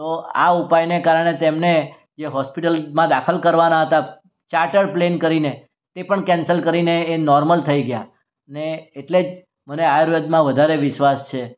તો આ ઉપાયને કારણે તેમને જે હોસ્પિટલમાં દાખલ કરવાના હતા ચાર્ટર પ્લેન કરીને તે પણ કેન્સલ કરીને એ નોર્મલ થઈ ગયા ને એટલે જ મને આયુર્વેદમાં વધારે વિશ્વાસ છે